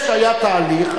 היה תהליך,